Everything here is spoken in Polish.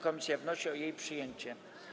Komisja wnosi o jej przyjęcie.